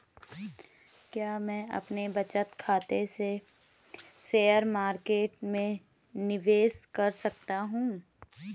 क्या मैं अपने बचत खाते से शेयर मार्केट में निवेश कर सकता हूँ?